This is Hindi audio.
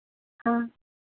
हाँ